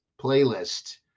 playlist